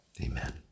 amen